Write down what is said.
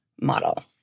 model